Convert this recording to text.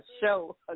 show